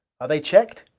are they checked?